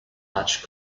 dutch